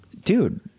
Dude